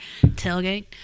Tailgate